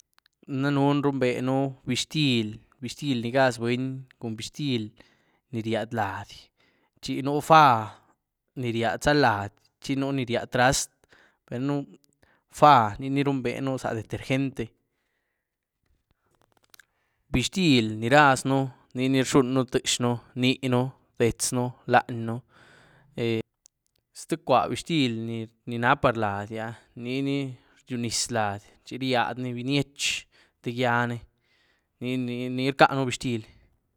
Danën runbën bixthily, bixthily ni gáz büny cun bixthily ni ríahdy lády chi núzá faah ni ríahdy lady chi nú ni ríahdy trast´. faah ni ni runbeën za detergente. Bixthily ni razën niní rxunyën tíezhën, níën, det´zën, lanýën zté cua bixthily ni na par lády ah, niní ryunis lády chi ríahdyní binyiéch té gyíaní ni-ni rcaën bixthily.